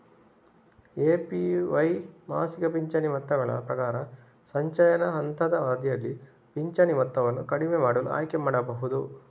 APY ಮಾಸಿಕ ಪಿಂಚಣಿ ಮೊತ್ತಗಳ ಪ್ರಕಾರ, ಸಂಚಯನ ಹಂತದ ಅವಧಿಯಲ್ಲಿ ಪಿಂಚಣಿ ಮೊತ್ತವನ್ನು ಕಡಿಮೆ ಮಾಡಲು ಆಯ್ಕೆ ಮಾಡಬಹುದು